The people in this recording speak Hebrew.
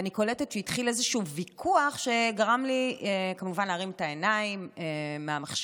ואני קולטת שהתחיל איזשהו ויכוח שגרם לי כמובן להרים את העיניים מהמחשב.